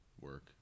work